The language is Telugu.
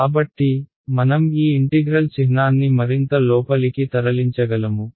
కాబట్టి మనం ఈ ఇంటిగ్రల్ చిహ్నాన్ని మరింత లోపలికి తరలించగలము